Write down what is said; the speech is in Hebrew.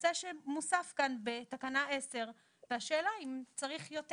הנושא שמוסף כאן בתקנה 10. והשאלה אם צריך יותר